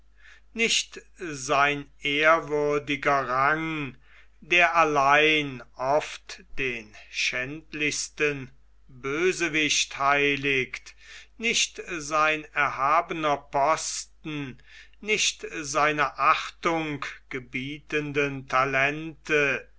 nicht sein ehrwürdiger rang der allein oft den schändlichsten bösewicht heiligt nicht sein erhabener posten nicht seine achtung gebietenden talente